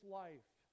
life